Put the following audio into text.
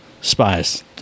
Spies